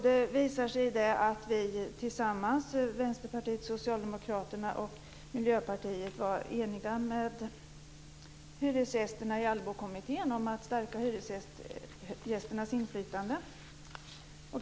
Det visar sig i att vi tillsammans, Vänsterpartiet, Socialdemokraterna och Miljöpartiet, var eniga med hyresgästerna i Allbokommittén om att stärka hyresgästernas inflytande.